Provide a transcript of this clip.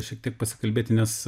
šiek tiek pasikalbėti nes